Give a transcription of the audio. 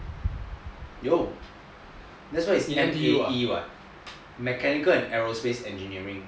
有 that's why it's M_A_E [what] mechanical and aerospace engineering